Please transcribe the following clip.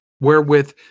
wherewith